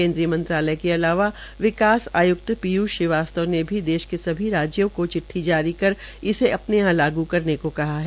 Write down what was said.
केनद्रीय मंत्रालय के अलावा विकास आय्क्त पीयूष श्रीवास्तव ने भ्जी देश के सभी राज्यों को चिट्टी जारी कर इसे अपने यहां लागू करने को कहा है